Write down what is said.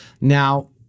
Now